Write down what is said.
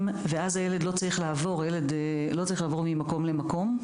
ואז הילד לא צריך לעבור ממקום למקום.